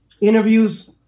interviews